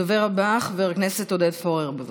הדובר הבא, חבר הכנסת עודד פורר, בבקשה.